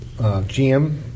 GM